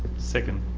second.